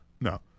No